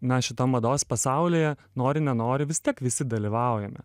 na šitam mados pasaulyje nori nenori vis tiek visi dalyvaujame